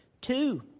two